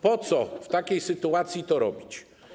Po co w takiej sytuacji to robić?